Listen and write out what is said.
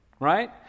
Right